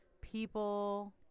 People